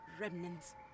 Remnants